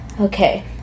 Okay